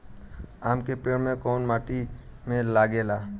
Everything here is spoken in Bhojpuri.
आम के पेड़ कोउन माटी में लागे ला?